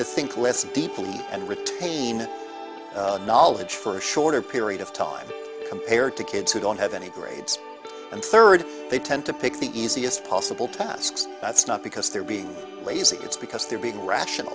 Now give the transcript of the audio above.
to think less deeply and retain knowledge for a shorter period of time compared to kids who don't have any grades and third they tend to pick the easiest possible tasks that's not because they're being lazy it's because they're being rational